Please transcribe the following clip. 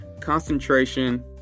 concentration